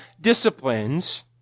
disciplines